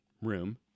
room